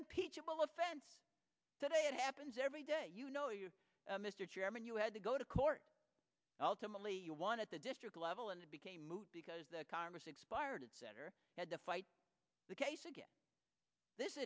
impeachable offense that it happens every day you know you mr chairman you had to go to court ultimately you wanted the district level and it became moot because the congress expired center had to fight the case again this